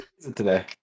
today